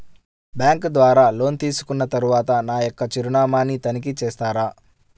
Bank ద్వారా loan తీసుకున్న తరువాత నా యొక్క చిరునామాని తనిఖీ చేస్తారా?